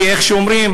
כי איך אומרים,